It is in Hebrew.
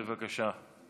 בבקשה.